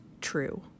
true